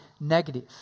negative